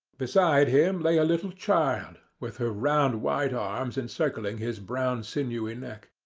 beside him lay a little child, with her round white arms encircling his brown sinewy neck,